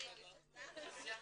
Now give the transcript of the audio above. הישיבה